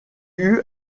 eut